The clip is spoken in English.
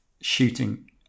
shooting